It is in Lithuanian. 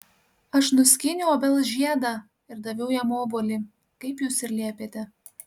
aš nuskyniau obels žiedą ir daviau jam obuolį kaip jūs ir liepėte